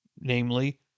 namely